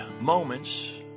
moments